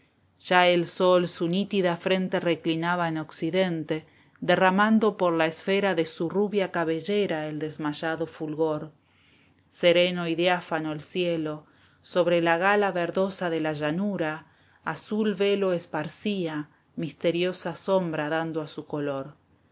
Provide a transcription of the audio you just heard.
ya el sol su nítida frente reclinaba en occidente derramando por la esfera de su rubia cabellera el desmayado fulgor sereno y diáfano el cielo sobre la gala verdosa de la llanura azul velo esteban bchevbeela esparcía misteriosa sombra dando a su color